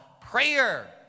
prayer